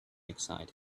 excited